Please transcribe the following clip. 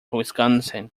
wisconsin